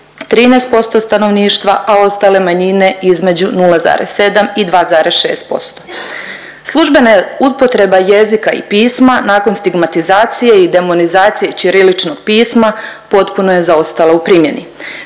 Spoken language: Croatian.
13% stanovništva, a ostale manjine između 0,7 i 2,6%. Službena upotreba jezika i pisma nakon stigmatizacije i demonizacije ćiriličnog pisma potpuno je zaostala u primjeni.